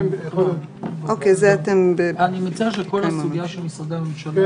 אני מציע שכל הסוגיה של משרדי הממשלה